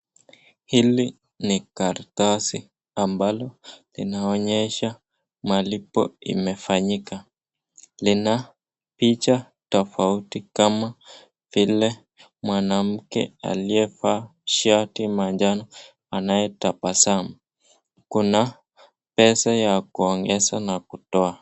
Hili ni karatasi ambalo inaonyesha malipo imefanyika, lina picha tafauti kama vile mwanamke aliyefaa shati manjano anayetapasamu, kuna pesa ya kuongeza nakutoa.